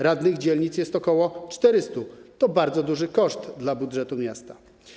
Radnych dzielnic jest około 400 - to bardzo duży koszt dla budżetu miasta.